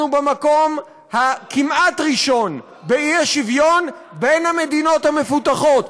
אנחנו במקום הכמעט-ראשון באי-שוויון בין המדינות המפותחות,